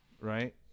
right